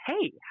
hey